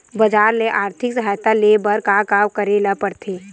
बजार ले आर्थिक सहायता ले बर का का करे ल पड़थे?